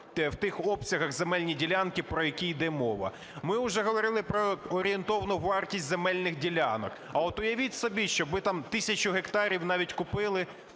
в тих обсягах земельні ділянки, про які йде мова. Ми уже говорили про орієнтовну вартість земельних ділянок. А от уявіть собі, що ви там тисячу гектарів навіть купили